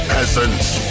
Peasants